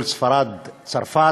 ספרד-צרפת,